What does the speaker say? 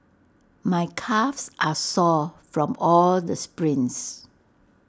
my calves are sore from all the sprints